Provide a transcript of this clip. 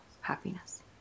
happiness